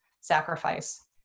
sacrifice